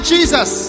Jesus